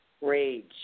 rage